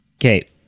Okay